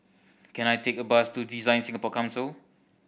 can I take a bus to DesignSingapore Council